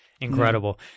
Incredible